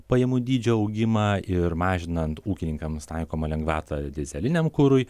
pajamų dydžio augimą ir mažinant ūkininkams taikomą lengvatą dyzeliniam kurui